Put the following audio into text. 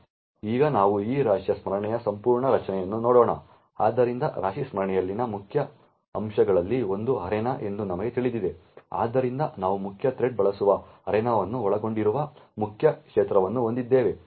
ಈಗ ನಾವು ಈ ರಾಶಿಯ ಸ್ಮರಣೆಯ ಸಂಪೂರ್ಣ ರಚನೆಯನ್ನು ನೋಡೋಣ ಆದ್ದರಿಂದ ರಾಶಿ ಸ್ಮರಣೆಯಲ್ಲಿನ ಮುಖ್ಯ ಅಂಶಗಳಲ್ಲಿ ಒಂದು ಅರೇನಾ ಎಂದು ನಮಗೆ ತಿಳಿದಿದೆ ಆದ್ದರಿಂದ ನಾವು ಮುಖ್ಯ ಥ್ರೆಡ್ ಬಳಸುವ ಅರೇನಾವನ್ನು ಒಳಗೊಂಡಿರುವ ಮುಖ್ಯ ಕ್ಷೇತ್ರವನ್ನು ಹೊಂದಿದ್ದೇವೆ